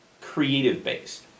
creative-based